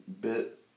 bit